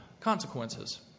consequences